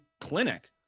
clinic